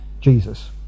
Jesus